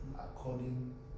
according